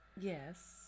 Yes